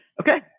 Okay